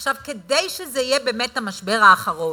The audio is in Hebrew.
עכשיו, כדי שזה יהיה באמת המשבר האחרון,